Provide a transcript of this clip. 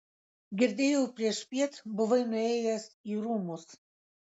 girdėjau priešpiet buvai nuėjęs į rūmus